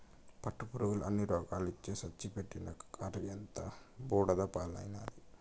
పట్టుపురుగుల అన్ని రోగాలొచ్చి సచ్చి పెట్టిన కర్సంతా బూడిద పాలైనాది